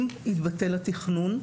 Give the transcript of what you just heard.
אם יתבטל התכנון,